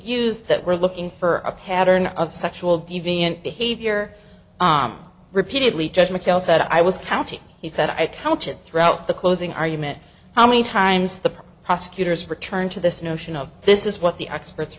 used that were looking for a pattern of sexual deviant behavior om repeatedly judge mchale said i was counting he said i counted throughout the closing argument how many times the prosecutors returned to this notion of this is what the experts